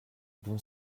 bon